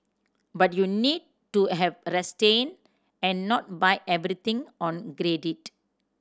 but you need to have a resting and not buy everything on credit